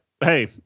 hey